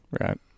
Right